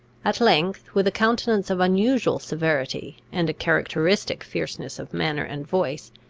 at length, with a countenance of unusual severity, and a characteristic fierceness of manner and voice,